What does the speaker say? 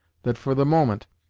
that, for the moment,